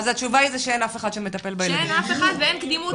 אז התשובה היא שאין אף אחד שמטפל בילדים.